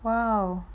!wow!